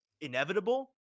inevitable